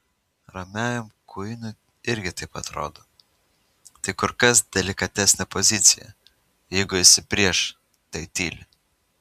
ramiajam kuinui irgi taip atrodo tai kur kas delikatesnė pozicija jeigu esi prieš tai tyli